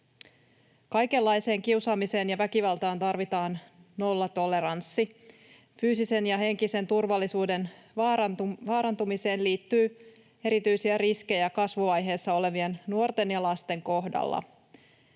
Kaikenlaiseen kiusaamiseen ja väkivaltaan tarvitaan nollatoleranssi. Fyysisen ja henkisen turvallisuuden vaarantumiseen liittyy erityisiä riskejä kasvuvaiheessa olevien nuorten ja lasten kohdalla.